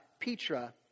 Petra